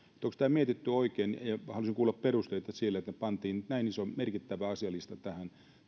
tämä mietitty oikein haluaisin kuulla perusteita sille että pantiin näin iso merkittävä asialista tähän